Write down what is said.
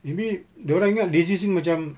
maybe dia orang ingat disease ini macam